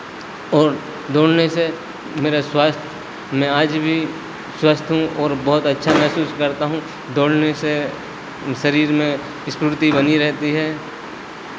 और दौड़ने से मेरा स्वास्थ्य मैं आज भी स्वस्थ हूँ और बहुत अच्छा महसूस करता हूँ दौड़ने से शरीर में स्फूर्ती बनी रहती है